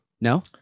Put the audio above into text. no